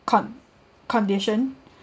con~ condition